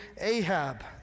Ahab